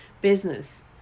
Business